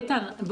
איתן,